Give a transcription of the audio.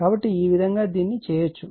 కాబట్టి ఈ విధంగా దీన్ని చేయవచ్చు